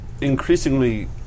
Increasingly